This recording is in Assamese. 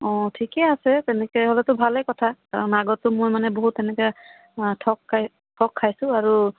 অ ঠিকে আছে তেনেকৈ হ'লেতো ভালে কথা কাৰণ আগতো মই মানে বহুত তেনেকৈ আ ঠগ খাই ঠগ খাইছোঁ আৰু